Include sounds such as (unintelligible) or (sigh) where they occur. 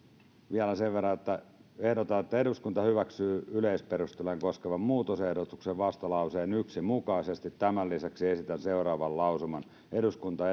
vielä sen verran että ehdotan että eduskunta hyväksyy yleisperusteluja koskevan muutosehdotuksen vastalauseen yksi mukaisesti tämän lisäksi esitän seuraavan lausuman eduskunta (unintelligible)